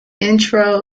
intro